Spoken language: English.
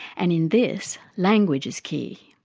and in this, language is key,